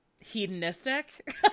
hedonistic